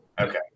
Okay